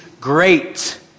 great